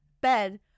bed